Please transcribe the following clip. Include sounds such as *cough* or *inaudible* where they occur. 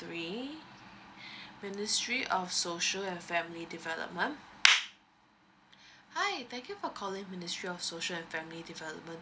three ministry of social and family development *noise* hi thank you for calling ministry of social and family development